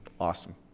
Awesome